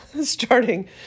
starting